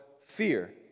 fear